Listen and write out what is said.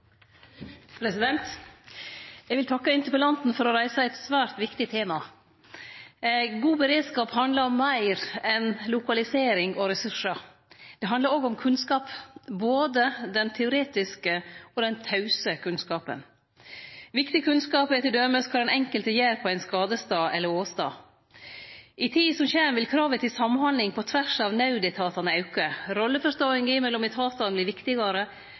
Tjeldsund. Eg vil takke interpellanten for å reise eit svært viktig tema. God beredskap handlar om meir enn lokalisering og ressursar. Det handlar òg om kunnskap, både den teoretiske og den tause kunnskapen. Viktig kunnskap er t.d. kva den enkelte gjer på ein skadestad eller åstad. I tida som kjem, vil kravet til samhandling på tvers av naudetatane auke. Rolleforståinga mellom etatane vert viktigare,